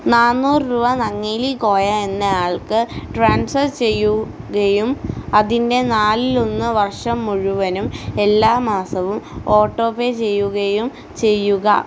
നാനൂറ് രൂപ നങ്ങേലി കോയ എന്നയാൾക്ക് ട്രാൻസ്ഫർ ചെയ്യുകയും അതിൻ്റെ നാലിലൊന്ന് വർഷം മുഴുവനും എല്ലാ മാസവും ഓട്ടോപേ ചെയ്യുകയും ചെയ്യുക